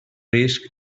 risc